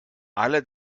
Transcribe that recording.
alle